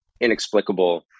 inexplicable